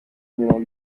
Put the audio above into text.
mirongo